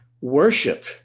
worship